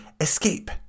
escape